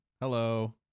Hello